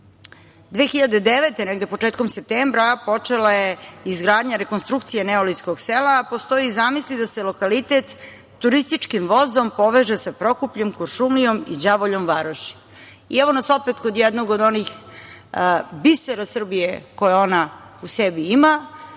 2009. godine počela je izgradnja rekonstrukcije Neolitskog sela, a postoje zamisli da se lokalitet turističkim vozom poveže sa Prokupljem, Kuršumlijom i Đavoljom Varoši. Evo nas opet kod jednog od onih bisera Srbije koje ona u sebi ima,